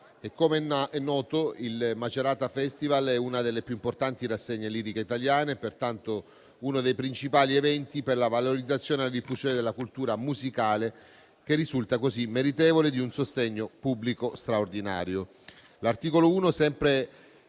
Com'è noto, il Macerata Opera Festival è una delle più importanti rassegne liriche italiane, pertanto uno dei principali eventi per la valorizzazione e la diffusione della cultura musicale, che risulta così meritevole di un sostegno pubblico straordinario. L'articolo 1, sempre